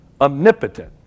Omnipotent